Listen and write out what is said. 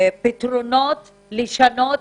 פתרונות לשינוי